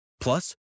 Plus